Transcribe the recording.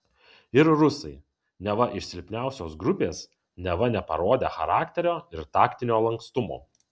ir rusai neva iš silpniausios grupės neva neparodę charakterio ir taktinio lankstumo